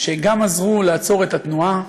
שגם עזרו לעצור את התנועה,